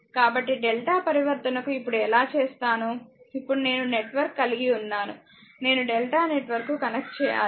కాబట్టి డెల్టా పరివర్తనకు ఇప్పుడు ఎలా చేస్తాను ఇప్పుడు నేను నెట్వర్క్ కలిగి ఉన్నాను నేను డెల్టా నెట్వర్క్కు కన్వర్ట్ చేయాలి